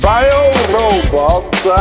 Bio-robots